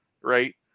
Right